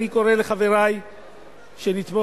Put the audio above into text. אני קורא לחברי לתמוך,